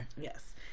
Yes